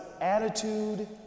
attitude